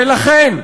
ולכן,